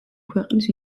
ქვეყნის